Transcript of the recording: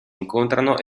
incontrano